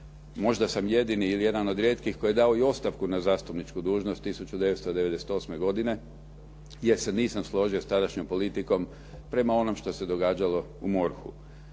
možda sam jedini ili jedan od rijetkih koji je dao i ostavku na zastupničku dužnost 1998. godine, jer se nisam složio sa tadašnjom politikom prema onome što se događalo u MORH-u.